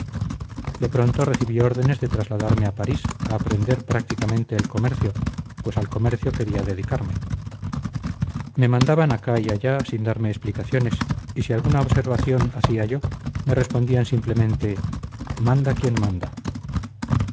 de pronto recibí órdenes de trasladarme a parís a aprender prácticamente el comercio pues al comercio quería dedicarme me mandaban acá y allá sin darme explicaciones y si alguna observación hacía yo me respondían simplemente manda quien manda